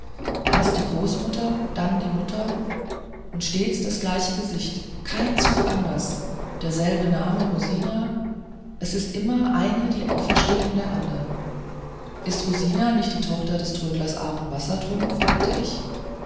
erst die großmutter dann die mutter und stets das gleiche gesicht kein zug anders derselbe name rosina es ist immer eine die auferstehung der andern ist rosina nicht die tochter des trödlers aaron wassertrum fragte ich